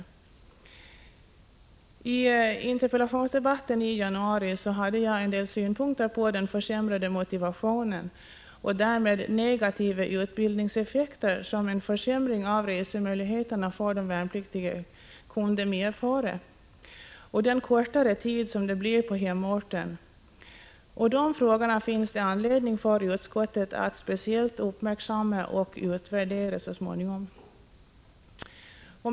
57 I interpellationsdebatten i januari framförde jag en del synpunkter på den minskade motivation och därmed negativa utbildningseffekter som en försämring av resemöjligheterna och den kortare tiden på hemorten för de värnpliktiga kunde medföra. Dessa frågor finns det anledning för utskottet att speciellt uppmärksamma och så småningom utvärdera.